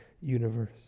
universe